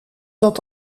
dat